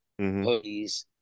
hoodies